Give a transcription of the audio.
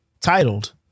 titled